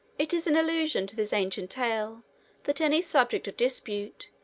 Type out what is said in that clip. it is in allusion to this ancient tale that any subject of dispute,